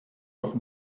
doch